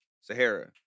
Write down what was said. Sahara